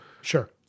Sure